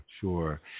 sure